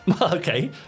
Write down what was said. Okay